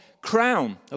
crown